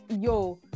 yo